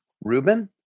Reuben